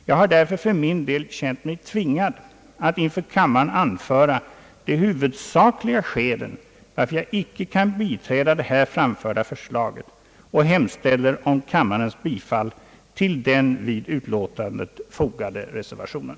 Jag har därför för min del känt mig tvingad att inför kammaren anföra de huvudsakliga skälen varför jag icke kan biträda det här framförda förslaget, och jag hemställer om kammarens bifall till den vid utskottsutlåtandet fogade reservationen.